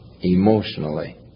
emotionally